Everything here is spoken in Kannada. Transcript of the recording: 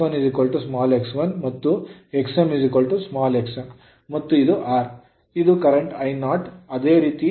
ಇದು ಪ್ರಸ್ತುತ I0 ಅದೇ ರೀತಿ Ri ri